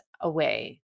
away